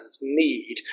need